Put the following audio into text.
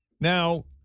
Now